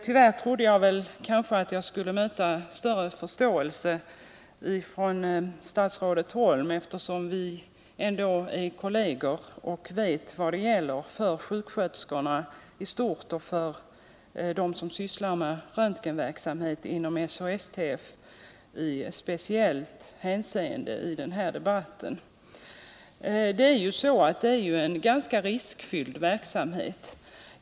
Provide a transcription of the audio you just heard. Jag trodde att jag skulle möta större förståelse från statsrådet Holm i den här debatten, eftersom vi ändå är kolleger och båda vet vad det gäller för sjuksköterskorna i stort och för dem som sysslar med röntgenverksamhet inom SHSTF speciellt. Denna verksamhet är ju ganska riskfylld.